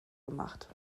gemacht